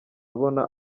yabona